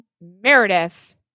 Meredith